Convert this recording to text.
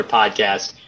podcast